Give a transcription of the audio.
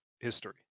history